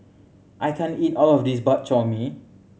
I can't eat all of this Bak Chor Mee